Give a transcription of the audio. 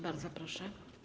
Bardzo proszę.